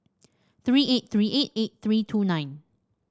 three eight three eight eight three two nine